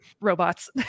robots